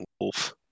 Wolf